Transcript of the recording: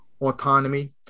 autonomy